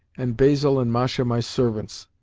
and basil and masha my servants.